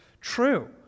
true